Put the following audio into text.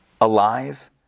alive